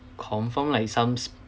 confirm lah it's some